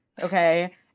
Okay